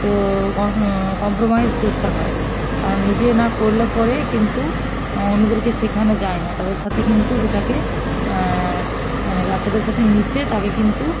তো কম্প্রোমাইজ করতে হয় কারণ নিজে না করলে পরে কিন্তু অন্যদেরকে শেখানো যায় না তাদের সাথে কিন্তু সেটাকে মানে বাচ্চাটার সাথে মিশে তাকে কিন্তু